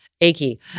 achy